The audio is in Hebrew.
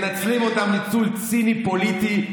מנצלים אותם ניצול פוליטי ציני,